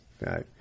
right